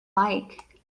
like